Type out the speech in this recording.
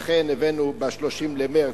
לכן הבאנו ב-30 במרס,